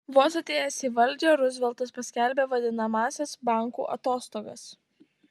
vos atėjęs į valdžią ruzveltas paskelbė vadinamąsias bankų atostogas